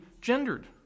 gendered